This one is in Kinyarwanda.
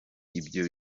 ibyo